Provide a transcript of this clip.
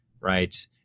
right